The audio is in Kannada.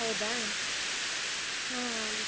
ಹೌದಾ ಹಾಂ